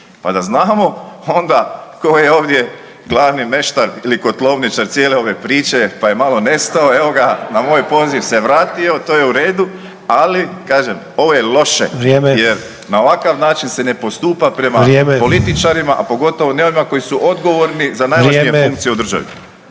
pa da znamo onda tko je ovdje glavni meštar ili kotlovničar cijele ove priče, pa je malo nestao, evo ga na moj poziv se vratio to je u redu, ali kažem ovo je loše…/Upadica: Vrijeme/… jer na ovakav način se ne postupa prema…/Upadica: Vrijeme/…političarima, a pogotovo ne onima koji su odgovorni…/Upadica: Vrijeme/…za najvažnije funkcije u državi.